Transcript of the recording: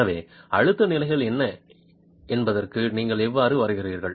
எனவே அழுத்த நிலைகள் என்ன என்பதற்கு நீங்கள் எவ்வாறு வருகிறீர்கள்